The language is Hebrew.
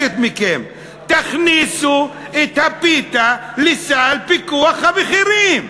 מכם: תכניסו את הפיתה לסל הפיקוח על המחירים.